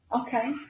Okay